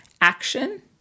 action